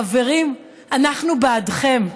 חברים, אנחנו בעדכם.